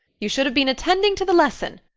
you should have been attending to the lesson.